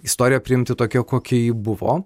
istoriją priimti tokią kokia ji buvo